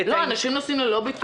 אנשים נוסעים ללא ביטוח.